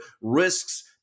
risks